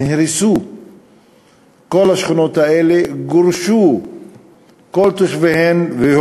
נהרסו כל השכונות האלה וכל תושביהן גורשו